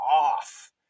off